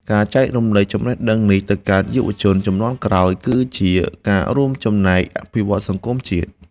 ការចែករំលែកចំណេះដឹងនេះទៅកាន់យុវជនជំនាន់ក្រោយគឺជាការរួមចំណែកអភិវឌ្ឍសង្គមជាតិ។